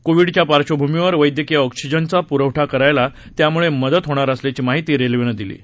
कोविडच्या पार्बभूमीवर वैद्यकीय ऑक्सिजनचा पुरवठा करायला यामुळे मदत होणार असल्याची माहिती रेल्वेनं दिली आहे